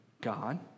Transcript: God